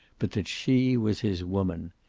but that she was his woman.